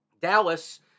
Dallas